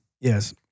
Yes